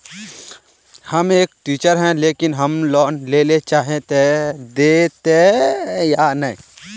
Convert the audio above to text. हम एक टीचर है लेकिन हम लोन लेले चाहे है ते देते या नय?